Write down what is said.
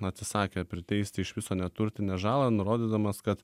atsisakė priteisti iš viso neturtinę žalą nurodydamas kad